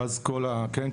ואז כל, כן?